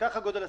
כך גודל הסיוע.